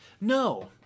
no